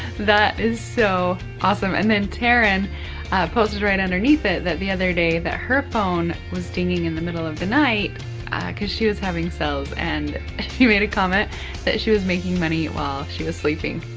that is so awesome. and then teryn posted right underneath it that the other day that her phone was dinging in the middle of the night cause she was having sales so and she made a comment that she was making money while she was sleeping.